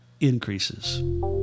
increases